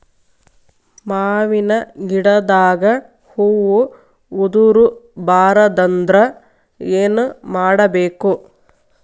ಮಾವಿನ ಗಿಡದಾಗ ಹೂವು ಉದುರು ಬಾರದಂದ್ರ ಏನು ಮಾಡಬೇಕು?